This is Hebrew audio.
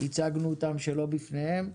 הצגנו אותם שלא בפניהם.